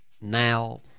now